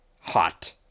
hot